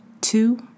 Two